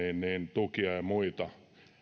tukia ja muita